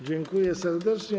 Dziękuję serdecznie.